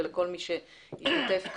ולכל מי שהשתתף כאן,